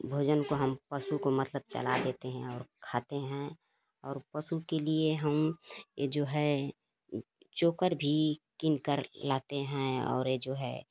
भोजन मतलब पशु को हम लोग चला देते हैं और खाते हैं और पशु के लिए हम ये जो है चोकर भी किन कर लाते है और ये जो है